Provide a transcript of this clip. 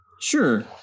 sure